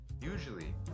usually